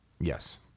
Yes